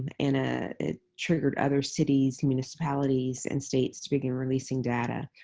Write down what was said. and and ah it triggered other cities and municipalities and states to begin releasing data.